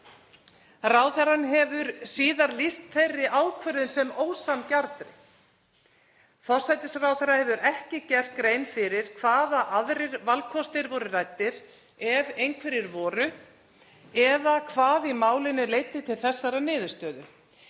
Ráðherrann hefur síðar lýst þeirri ákvörðun sem ósanngjarnri. Forsætisráðherra hefur ekki gert grein fyrir hvaða aðrir valkostir voru ræddir, ef einhverjir voru, eða hvað í málinu leiddi til þessarar niðurstöðu.